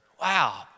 Wow